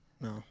No